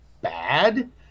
bad